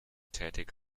tätig